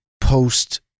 post